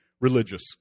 religious